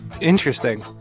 Interesting